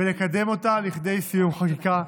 ולקדם אותה לכדי סיום חקיקה.